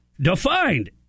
defined